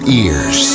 ears